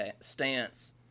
stance